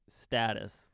status